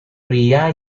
pria